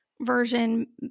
version